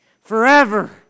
forever